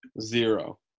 Zero